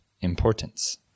importance